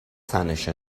تنشه